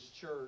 church